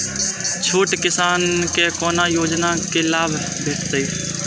छोट किसान के कोना योजना के लाभ भेटते?